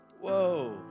Whoa